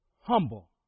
humble